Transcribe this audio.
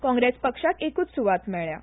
काँग्रेस पक्षाक एकूच सुवात मेळ्ळया